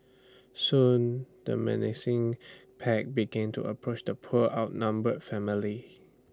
soon the menacing pack begin to approach the poor outnumbered family